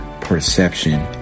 Perception